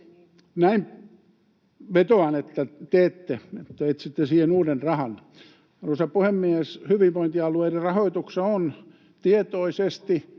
Näin vetoan, että teette — että etsitte siihen uuden rahan. Arvoisa puhemies! Hyvinvointialueiden rahoituksessa on tietoisesti